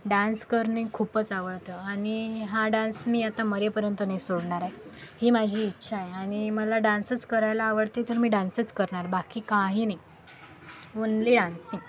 dance करणे खूपच आवडतं आणि हा डान्स मी आता मरेपर्यंत नाही सोडणार आहे ही माझी इच्छा आहे आणि मला डान्सच करायला आवडते तर मी डान्सच करणार बाकी काही नाही ओन्ली डान्सिंग